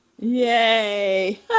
Yay